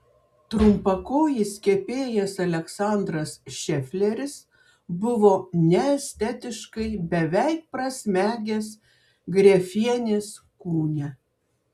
trumpakojis kepėjas aleksandras šefleris buvo neestetiškai beveik prasmegęs grefienės kūne